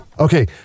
Okay